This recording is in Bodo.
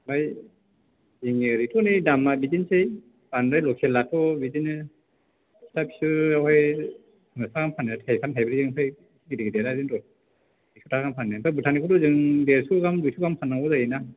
ओमफ्राय जोंनि ओरैथ' नै दामा बिदिनोसै बांद्राय लखेलाथ' बिदिनो फिसा फिसायाव हाय मोनथाम फानो थायथाम थायब्रैजोंसो गिदिर गिदिरा बिदिनो दस एक्स' थाखा गाहाम फानो ओमफाय दा भुटाननिखौथ' जों देरस' दुयस' गाहाम फाननांगौ जायोना